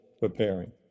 preparing